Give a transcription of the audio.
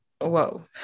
whoa